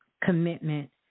commitment